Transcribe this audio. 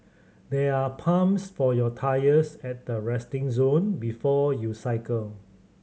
there are pumps for your tyres at the resting zone before you cycle